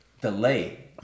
delay